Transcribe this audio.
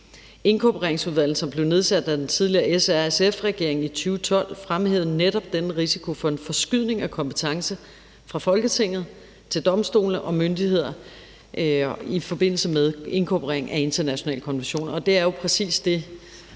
Inkorporeringsudvalget, som blev nedsat af den tidligere S-R-SF-regering i 2012, fremhævede netop denne risiko for en forskydning af kompetence fra Folketinget til domstole og myndigheder i forbindelse med inkorporering af internationale konventioner.